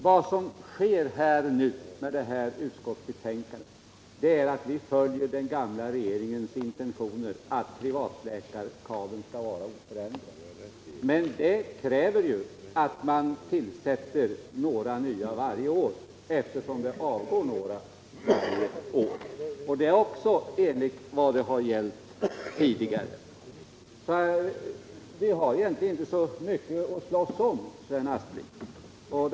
Vad som nu sker med detta utskottsbetänkande är att vi följer den gamla regeringens intentioner att privatläkarkadern skall vara oförändrad. Men det kräver ju att man tillsätter några läkare varje år, eftersom några avgår varje år. Det är också i enlighet med vad som har gällt tidigare. 181 Vi har egentligen inte så mycket att slåss om, Sven Aspling.